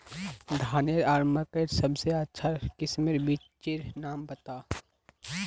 धानेर आर मकई सबसे अच्छा किस्मेर बिच्चिर नाम बता?